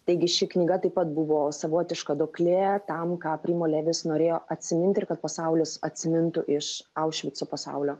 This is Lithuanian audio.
taigi ši knyga taip pat buvo savotiška duoklė tam ką primo levis norėjo atsiminti ir kad pasaulis atsimintų iš aušvico pasaulio